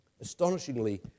Astonishingly